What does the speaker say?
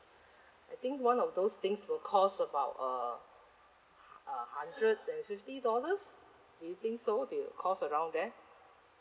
I think one of those things will cost about uh a hundred and fifty dollars do you think so they'll cost around there